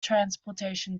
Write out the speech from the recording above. transportation